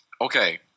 Okay